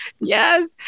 yes